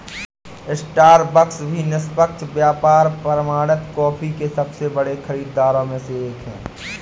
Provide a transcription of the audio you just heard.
Starbucks भी निष्पक्ष व्यापार प्रमाणित कॉफी के सबसे बड़े खरीदारों में से एक है